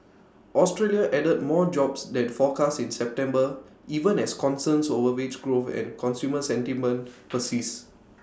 Australia added more jobs than forecast in September even as concerns over wage growth and consumer sentiment persist